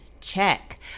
check